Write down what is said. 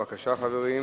בבקשה, חברים.